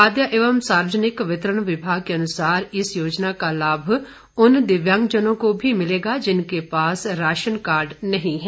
खाद्य एवं सार्वजनिक वितरण विभाग के अनुसार इस योजना का लाभ उन दिव्यांगजनों को भी मिलेगा जिनके पास राशन कार्ड नहीं है